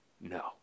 no